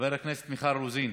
חברת הכנסת מיכל רוזין,